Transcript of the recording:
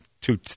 two